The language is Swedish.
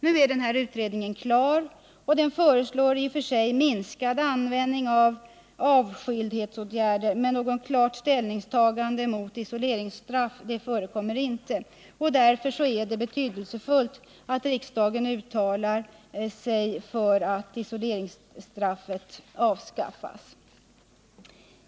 Nu är utredningen klar, och den föreslår i och för sig minskad användning av avskildhetsåtgärder — men något klart ställningstagande mot isoleringsstraff förekommer inte. Därför är det betydelsefullt att riksdagen uttalar sig för att isoleringsstraffet skall avskaffas.